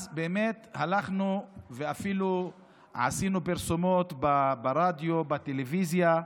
אז הלכנו, אפילו עשינו פרסומות ברדיו, בטלוויזיה,